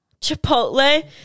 Chipotle